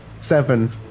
Seven